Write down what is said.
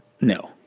No